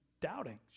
doubting